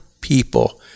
people